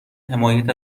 حمایت